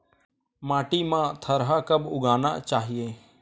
माटी मा थरहा कब उगाना चाहिए?